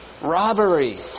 robbery